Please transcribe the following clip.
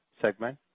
segment